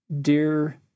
dear